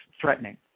threatening